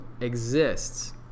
exists